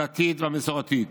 הדתית והמסורתית,